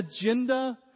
agenda